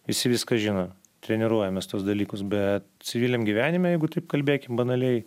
visi viską žino treniruojamės tuos dalykus bet civiliam gyvenime jeigu taip kalbėkim banaliai